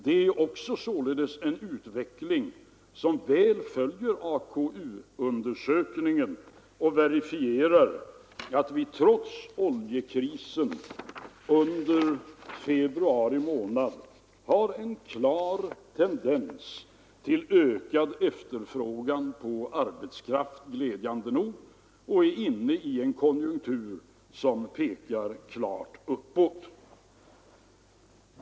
Detta anger en utveckling som väl följer resultatet av AKU-undersökningen och verifierar att det, trots oljekrisen under februari månad, glädjande nog finns en klar tendens till ökad efterfrågan på arbetskraft och att vi är inne i en konjunktur som pekar klart uppåt.